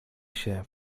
się